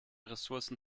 ressourcen